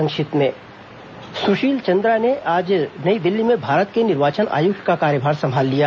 संक्षिप्त समाचार सुशील चन्द्रा ने आज नई दिल्ली में भारत के निर्वाचन आयुक्त का कार्यभार संभाल लिया